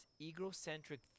egocentric